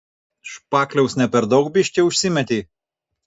špakliaus ne per daug biškį užsimetei